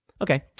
Okay